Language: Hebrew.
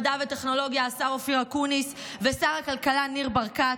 מדע וטכנולוגיה השר אופיר אקוניס ושר הכלכלה ניר ברקת.